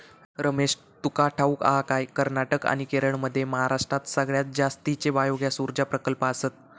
रमेश, तुका ठाऊक हा काय, कर्नाटक आणि केरळमध्ये महाराष्ट्रात सगळ्यात जास्तीचे बायोगॅस ऊर्जा प्रकल्प आसत